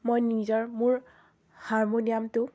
মই নিজৰ মোৰ হাৰমনিয়ামটো